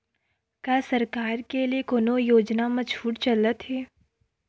का सरकार के ले कोनो योजना म छुट चलत हे?